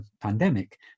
pandemic